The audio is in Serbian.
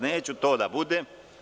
Neću to da budem.